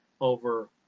over